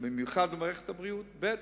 ובמיוחד למערכת הבריאות, ב.